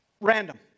random